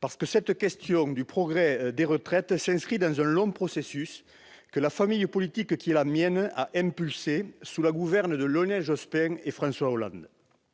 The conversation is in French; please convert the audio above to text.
Parce que cette question du progrès des retraites s'inscrit dans un long processus que la famille politique qui est la mienne a impulsé, sous la gouverne de Lionel Jospin et de François Hollande.